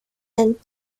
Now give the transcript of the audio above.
and